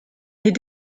est